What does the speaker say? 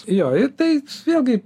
jo ir tai vėlgi